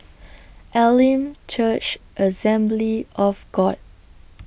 Elim Church Assembly of God